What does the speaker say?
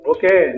Okay